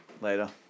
later